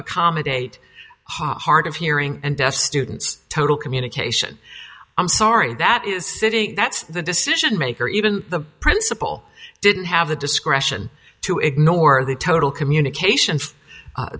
accommodate hard of hearing and deaf students total communication i'm sorry that is sitting that's the decision maker even the principal didn't have the discretion to ignore the total communications